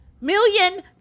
million